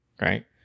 right